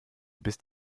bist